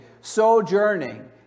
sojourning